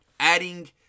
adding